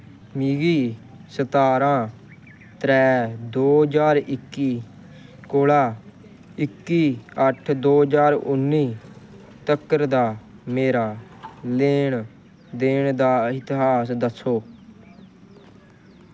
मिगी सतारां त्रै दो ज्हार इक्की कोला इक्की अट्ठ दो ज्हार उन्नी तक्कर दा मेरा लैन देन दा इतिहास दस्सो